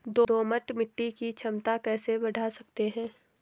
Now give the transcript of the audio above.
दोमट मिट्टी की क्षमता कैसे बड़ा सकते हैं?